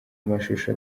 mashusho